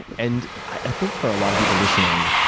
and i think for a lot of people listening,